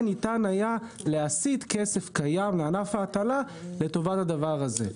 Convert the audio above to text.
ניתן היה להסיט כסף קיים לענף ההטלה לטובת הדבר הזה.